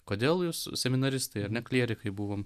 kodėl jūs seminaristai ar ne klierikai buvom